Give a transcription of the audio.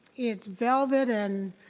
it's velvet and,